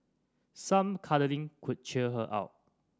some cuddling could cheer her up